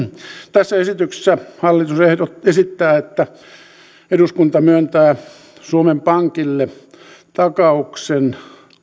tässä esityksessä hallitus esittää että eduskunta myöntää suomen pankille takauksen